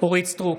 אורית מלכה סטרוק,